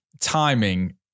timing